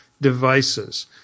devices